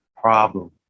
problem